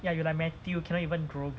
ya you like matthew cannot even grow big